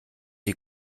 die